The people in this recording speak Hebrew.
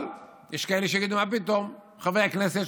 אבל יש כאלו שיגידו: מה פתאום, לחברי הכנסת יש